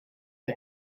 the